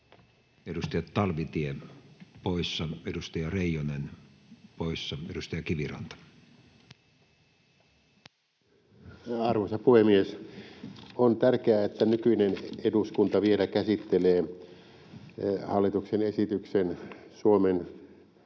Edustaja Talvitie poissa, edustaja Reijonen poissa. — Edustaja Kiviranta. Arvoisa puhemies! On tärkeää, että nykyinen eduskunta vielä käsittelee hallituksen esityksen Suomen Nato-jäsenyydestä